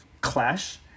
clash